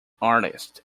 artist